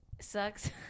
sucks